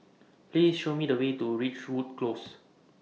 Please Show Me The Way to Ridgewood Close